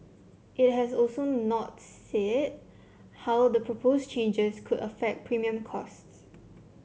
it has also not said how the proposed changes could affect premium costs